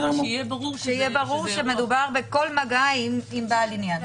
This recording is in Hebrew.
שיהיה ברור שמדובר בכל מגע עם בעל עניין.